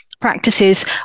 Practices